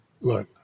look